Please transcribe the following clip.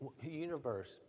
universe